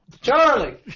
Charlie